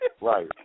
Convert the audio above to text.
Right